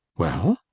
well?